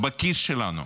בכיס שלנו.